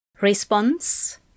Response